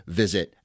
visit